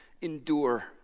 endure